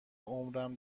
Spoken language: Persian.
عمرم